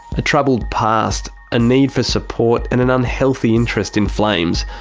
a troubled past, a need for support, and an unhealthy interest in flames,